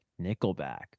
Nickelback